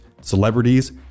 celebrities